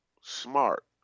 smart